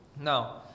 Now